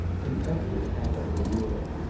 in every capital of europe.